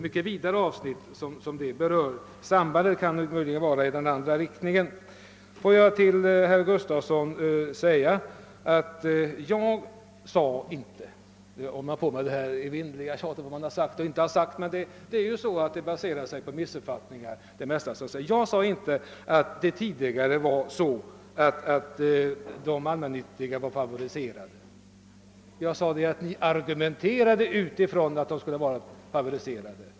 Till herr Gustafsson i Skellefteå vill jag säga att jag inte sade — nu måste jag börja med detta evinnerliga tjat om vad man har sagt och inte sagt, men det är ju så att en hel del genmälen baserar sig på missuppfattningar — att det tidigare var så att de allmännyttiga bostadsföretagen var favoriserade. Jag sade att ni argumenterade utifrån ståndpunkten att de var favoriserade.